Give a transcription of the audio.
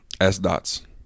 S-Dots